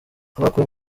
abakuwe